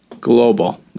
global